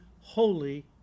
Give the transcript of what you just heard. holy